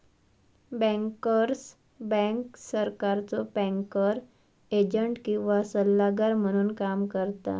bankers bank सरकारचो banker agent किंवा सल्लागार म्हणून काम करता